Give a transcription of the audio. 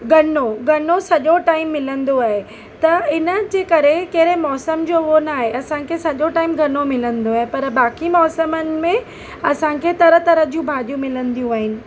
गनो गनो सॼो टाइम मिलंदो आहे त इन जे करे कहिड़े मौसम जो उहो न आहे असांखे सॼो टाइम गनो मिलंदो आहे पर बाक़ी मौसमनि में असांखे तरह तरह जूं भाॼियूं मिलंदियूं आहिनि